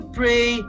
pray